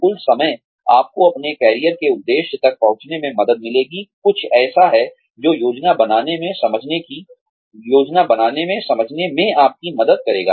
कुल समय आपको अपने कैरियर के उद्देश्य तक पहुंचने में मदद मिलेगी कुछ ऐसा है जो योजना बनाने में समझने में आपकी मदद करेगा